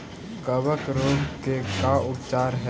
कबक रोग के का उपचार है?